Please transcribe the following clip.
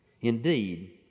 Indeed